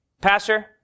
Pastor